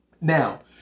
Now